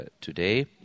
today